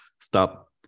stop